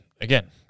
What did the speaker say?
again